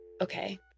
Okay